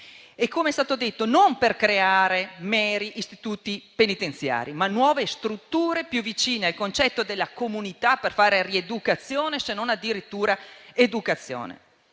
carcerarie, ma non per creare meri istituti penitenziari, bensì nuove strutture, più vicine al concetto della comunità, per fare rieducazione, se non addirittura educazione.